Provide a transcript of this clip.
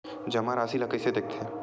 जमा राशि ला कइसे देखथे?